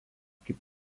kaip